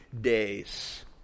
days